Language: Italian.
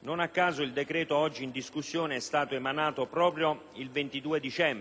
Non a caso il decreto oggi in discussione è stato emanato proprio il 22 dicembre,